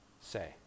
say